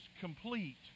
complete